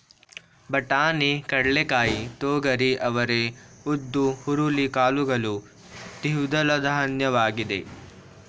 ಬಟಾಣಿ, ಕಡ್ಲೆಕಾಯಿ, ತೊಗರಿ, ಅವರೇ, ಉದ್ದು, ಹುರುಳಿ ಕಾಳುಗಳು ದ್ವಿದಳಧಾನ್ಯವಾಗಿದೆ